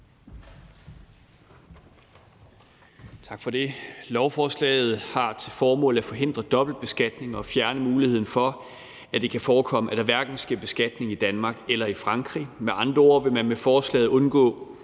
Tak for det. Lovforslaget har til formål at forhindre dobbeltbeskatning og fjerne muligheden for, at det kan forekomme, at der hverken sker beskatning i Danmark eller i Frankrig. Med andre ord vil man med forslaget undgå,